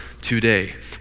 today